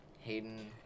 Hayden